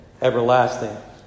everlasting